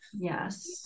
Yes